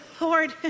Lord